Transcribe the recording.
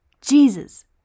Jesus